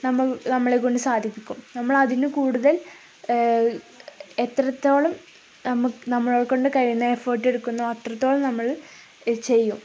നമ്മൾ നമ്മളെക്കൊണ്ടു സാധിപ്പിക്കും നമ്മളതിനു കൂടുതൽ എത്രത്തോളം നമ്മള്ക്കു നമ്മളക്കൊണ്ടു കഴിയുന്ന എഫേർട്ട് എടുക്കുന്നോ അത്രത്തോളം നമ്മള് ചെയ്യും